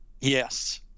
Yes